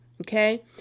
Okay